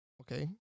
okay